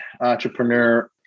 entrepreneur